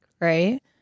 Right